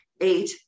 Eight